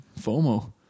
FOMO